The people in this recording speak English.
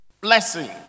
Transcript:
blessing